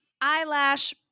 eyelash